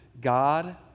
God